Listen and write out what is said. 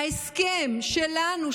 הסכם שלנו,